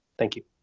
thank you.